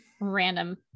random